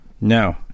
No